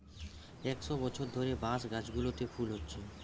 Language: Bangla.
একশ বছর ধরে বাঁশ গাছগুলোতে ফুল হচ্ছে